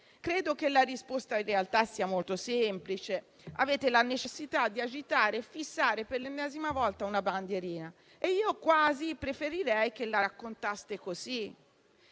Credo che la risposta, in realtà, sia molto semplice. Voi avete la necessità di agitare e fissare, per l'ennesima volta, una bandierina. Io quasi preferirei che raccontaste